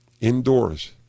Indoors